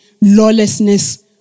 lawlessness